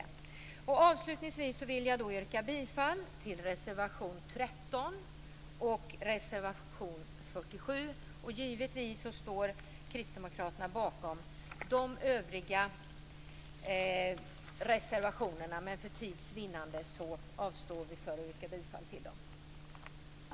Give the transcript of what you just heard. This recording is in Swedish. Till sist vill jag yrka bifall till reservation 13 och reservation 47. Givetvis står Kristdemokraterna bakom sina övriga reservationer, men för tids vinnande avstår vi från att yrka bifall till dem.